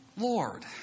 Lord